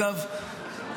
אגב,